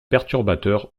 perturbateurs